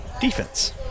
defense